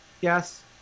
Yes